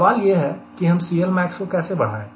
सवाल यह है कि हम CLmax को कैसे बढ़ाएं